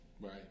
right